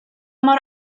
mor